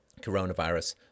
coronavirus